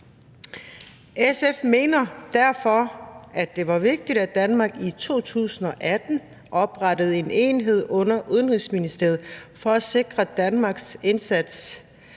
SF mener derfor, at det var vigtigt, at Danmark i 2018 oprettede en enhed under Udenrigsministeriet for at sikre Danmarks indsats